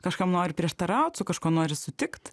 kažkam nori prieštarauti su kažkuo nori sutikt